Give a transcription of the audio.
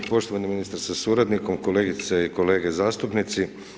Poštovani ministre sa suradnikom, kolegice i kolege zastupnici.